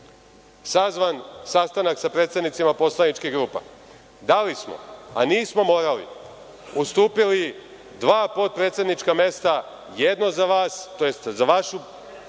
sazvan sastanak sa predsednicima poslaničkih grupa? Da li smo, a nismo morali, ustupili dva potpredsednička mesta, jedno za vas, tj. za vašu